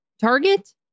Target